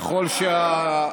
מה אתה מתנצל?